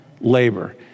labor